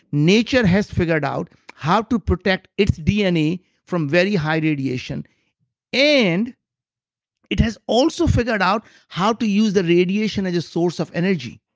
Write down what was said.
nature has figured out how to protect its dna from very high radiation and it has also figured out how to use the radiation as a source of energy.